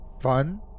fun